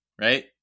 right